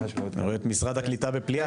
משרד הקליטה בפליאה.